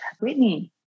Whitney